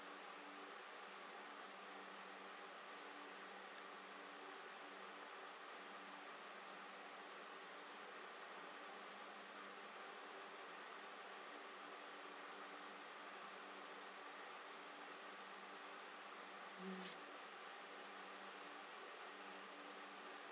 mm